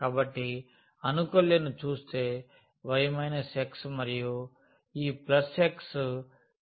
కాబట్టి అనుకల్యను చూస్తే y xమరియు ఈ x తగిన ప్రత్యామ్నాయం అనిపిస్తుంది